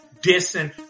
dissing